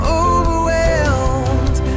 overwhelmed